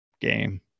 game